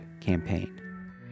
campaign